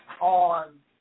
on